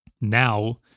now